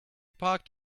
parked